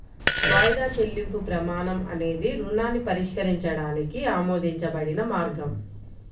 వాయిదా చెల్లింపు ప్రమాణం అనేది రుణాన్ని పరిష్కరించడానికి ఆమోదించబడిన మార్గం